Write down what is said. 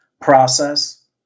process